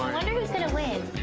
wonder who's gonna win.